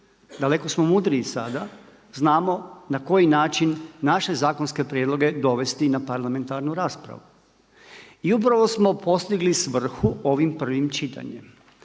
daleko smo mudriji sada, znamo na koji način naše zakonske prijedloge dovesti na parlamentarnu raspravu. I upravo smo postigli svrhu ovim prvim čitanjem.